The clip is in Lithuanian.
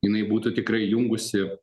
jinai būtų tikrai jungusi